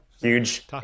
huge